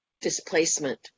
displacement